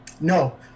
no